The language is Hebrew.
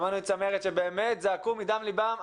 שמענו את צמרת שבאמת זעקו מדם ליבם,